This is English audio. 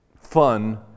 fun